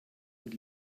und